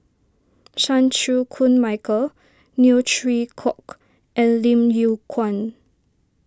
Chan Chew Koon Michael Neo Chwee Kok and Lim Yew Kuan